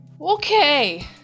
Okay